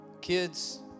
kids